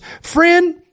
Friend